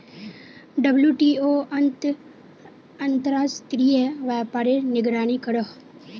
WTO अंतर्राश्त्रिये व्यापारेर निगरानी करोहो